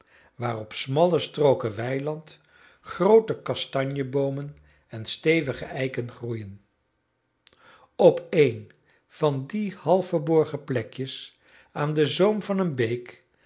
op smalle strooken weiland groote kastanjeboomen en stevige eiken groeien op een van die half verborgen plekjes aan den zoom van een beek